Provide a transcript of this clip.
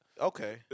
Okay